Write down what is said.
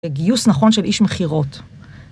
וגיוס נכון של איש מכירות